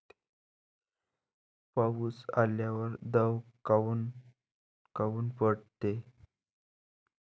पाऊस आल्यावर दव काऊन पडते?